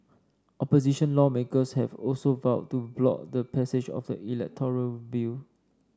opposition lawmakers have also vowed to block the passage of the electoral bill